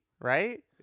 right